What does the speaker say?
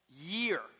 year